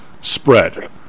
spread